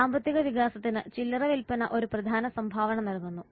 സാമ്പത്തിക വികസനത്തിന് ചില്ലറവിൽപ്പന ഒരു പ്രധാന സംഭാവന നൽകുന്നു